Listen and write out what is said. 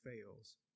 fails